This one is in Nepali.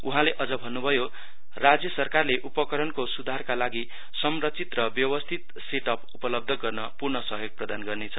उहाँले अझ भन्नुभयो राज्य सरकारले उपकरणको सुधारका लागि संग्रचित र व्यवस्थित सेट अप उपलब्ध गर्न पूर्ण सहयोग प्रदान गर्नेछ